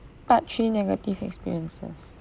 part three negative experiences